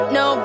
no